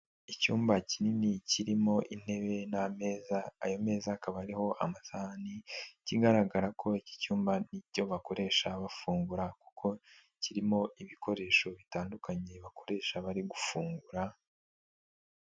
Icyumba kinini kirimo intebe n'ameza, ayo meza akaba ariho amasahani kigaragara ko iki cyumba nicyo bakoresha bafungura kuko kirimo ibikoresho bitandukanye bakoresha bari gufungura.